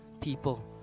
people